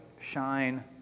shine